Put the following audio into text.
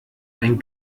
ein